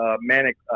manic